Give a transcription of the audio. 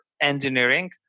engineering